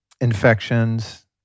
infections